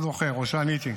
או שעניתי?